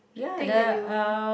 thing that you